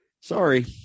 Sorry